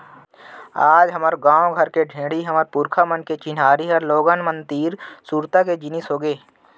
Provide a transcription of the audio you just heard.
आज हमर गॉंव घर के ढेंकी हमर पुरखा मन के चिन्हारी हर लोगन मन तीर सुरता के जिनिस होगे